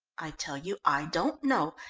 i tell you i don't know,